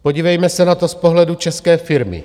Podívejme se na to z pohledu české firmy.